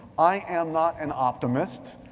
i am not an optimist.